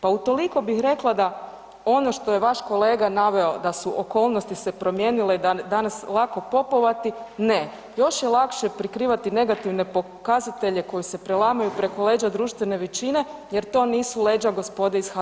Pa utoliko bih rekla ono što je vaš kolega naveo da su okolnosti se promijenile i da je danas lako popovati, ne, još je lakše prikivati negativne pokazatelje koji se prelamaju preko leđa društvene većine jer to nisu leđa gospode iz HDZ-a.